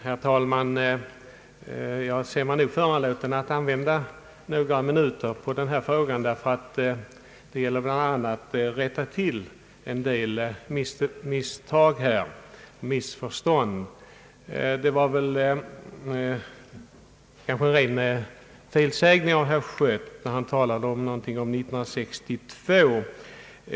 Herr talman! Jag ser mig föranlåten att använda några minuter på denna fråga, bland annat för att rätta till en del missförstånd. Det var kanske en ren felsägning av herr Schött när han talade om 1962.